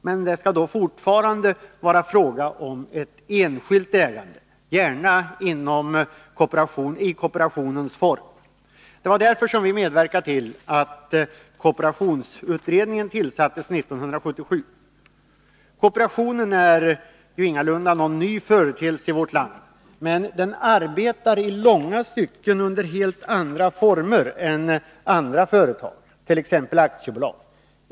Men det skall då fortfarande vara fråga om ett enskilt ägande, gärna i kooperationens form. Det var därför vi medverkade till att kooperationsutredningen tillsattes 1977. Kooperationen är ingalunda någon ny företeelse i vårt land, men den arbetar i långa stycken under helt andra former än andra företag, t.ex. aktiebolag.